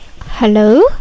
Hello